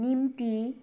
निम्ति